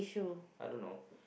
I don't know